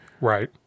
Right